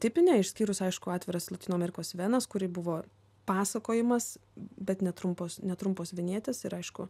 tipinė išskyrus aišku atviras lotynų amerikos venas kuri buvo pasakojimas bet netrumpos netrumpos vinjetės ir aišku